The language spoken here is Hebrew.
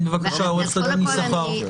בבקשה, עורכת דין יששכר.